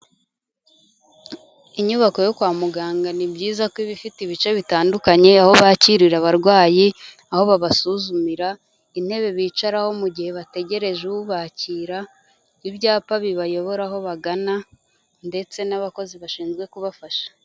Inyubako yo kwa muganga ni byiza ko iba ifite ibice bitandukanye aho bakirira abarwayi, aho babasuzumira, intebe bicaraho mu gihe bategereje ubakira, ibyapa bibayobora aho bagana ndetse n'abakozi bashinzwe kubafasha.